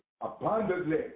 abundantly